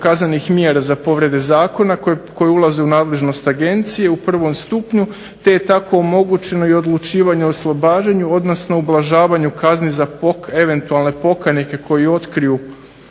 kaznenih mjera za povrede Zakona koje ulaze u nadležnost Agencije u prvom stupnju te je tako omogućeno i odlučivanje oslobađanju odnosno ublažavanju kazni za eventualne pokajnike koji otkriju